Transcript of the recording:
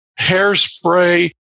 hairspray